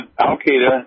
al-Qaeda